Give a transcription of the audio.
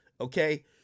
okay